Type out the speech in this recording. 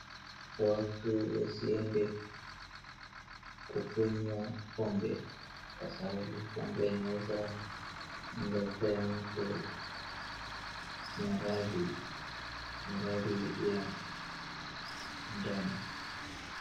Watu wasiende kukunywa pombe, kwa sababu pombe inaweza mletea mtu maradhi, maradhi ya ndani.